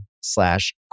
slash